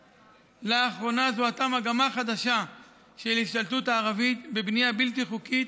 לאחרונה זוהתה מגמה חדשה של ההשתלטות הערבית בבנייה בלתי חוקית